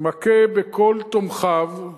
מכה בכל תומכיו,